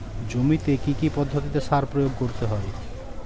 জমিতে কী কী পদ্ধতিতে সার প্রয়োগ করতে হয়?